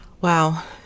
Wow